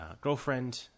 girlfriend